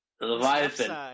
Leviathan